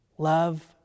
Love